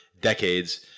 decades